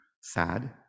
sad